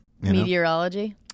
Meteorology